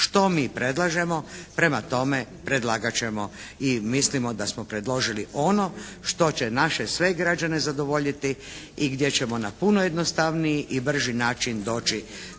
što mi predlažemo. Prema tome predlagat ćemo i mislimo da smo predložili ono što će naše sve građane zadovoljiti i gdje ćemo na puno jednostavniji i brži način doći